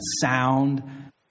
sound